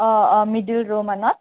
অঁ অঁ মিডিল ৰ'মানত